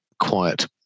quiet